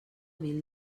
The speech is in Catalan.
mil